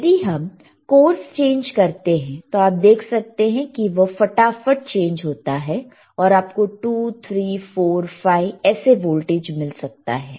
यदि हम course change करते हैं तो आप देख सकते हैं कि वह फटाफट चेंज होता है और आपको 2345 ऐसे वोल्टेज मिल सकता है